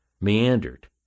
meandered